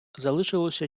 залишилося